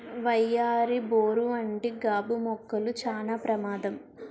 వయ్యారి బోరు వంటి గాబు మొక్కలు చానా ప్రమాదం